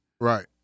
Right